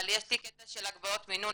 אבל יש לי קטע של הגבלות מינון,